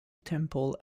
temple